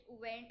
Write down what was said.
went